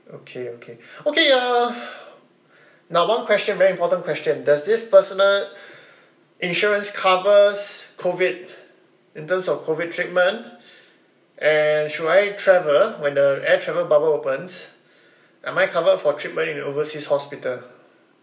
okay okay okay uh now one question very important question does this personal insurance covers COVID in terms of COVID treatment and should I travel when the air travel bubble opens am I covered for treatment in overseas hospital